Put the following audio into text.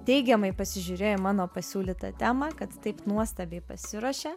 teigiamai pasižiūrėjo į mano pasiūlytą temą kad taip nuostabiai pasiruošė